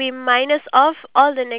really